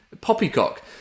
Poppycock